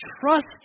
Trust